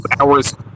hours